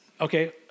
Okay